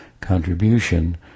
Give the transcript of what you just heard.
contribution